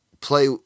play